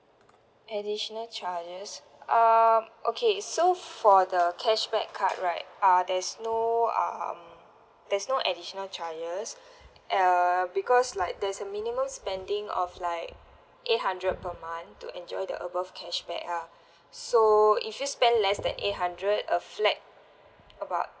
additional charges um okay so for the cashback card right uh there's no um there's no additional charges uh because like there's a minimum spending of like eight hundred per month to enjoy the above cashback ah so if you spend less than eight hundred a flat about